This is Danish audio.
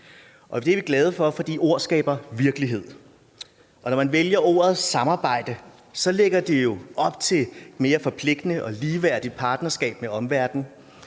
Det er vi glade for, for ord skaber virkelighed, og når man vælger ordet samarbejde, så lægger det jo op til et mere forpligtende og ligeværdigt partnerskab med omverdenen,